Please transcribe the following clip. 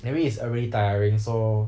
maybe it's err really tiring so